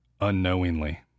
unknowingly